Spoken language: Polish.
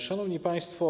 Szanowni Państwo!